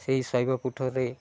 ସେହି ଶୈବ ପୀଠରେ